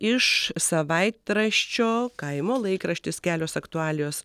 iš savaitraščio kaimo laikraštis kelios aktualijos